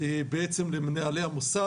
בעצם למנהלי המוסד.